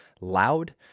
loud